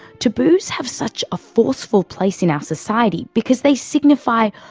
taboos have such a forceful place in our society because they signify,